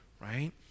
right